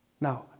Now